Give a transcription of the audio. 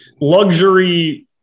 luxury